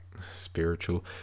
spiritual